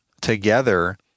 together